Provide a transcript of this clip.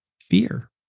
fear